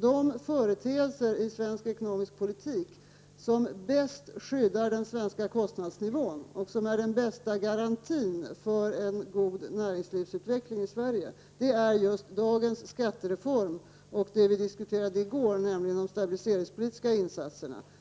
de företeelser i svensk ekonomisk politik som bäst skyddar den svenska kostnadsnivån, och som är den bästa garantin för en god näringslivsutveckling i Sverige, är just den skattereform som vi behandlar i dag och det vi diskuterade i går, nämligen de stabiliseringspolitiska insatserna.